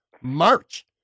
march